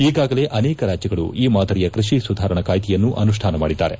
ಈಗಾಗಾಲೇ ಅನೇಕ ರಾಜ್ಯಗಳು ಈ ಮಾದರಿಯ ಕೃಷಿ ಸುಧಾರಣಾ ಕಾಯ್ದೆಯನ್ನು ಅನುಷ್ಠಾನ ಮಾಡಿದ್ದಾರೆ